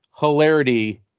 hilarity